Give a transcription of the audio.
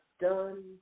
done